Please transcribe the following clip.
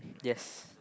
yes